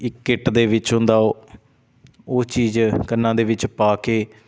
ਇੱਕ ਕਿੱਟ ਦੇ ਵਿੱਚ ਹੁੰਦਾ ਉਹ ਉਹ ਚੀਜ਼ ਕੰਨਾਂ ਦੇ ਵਿੱਚ ਪਾ ਕੇ